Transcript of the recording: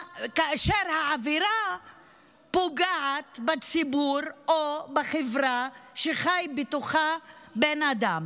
כאשר העבירה פוגעת בציבור או בחברה שבן אדם